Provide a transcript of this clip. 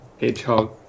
Hedgehog